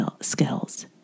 skills